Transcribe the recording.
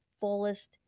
fullest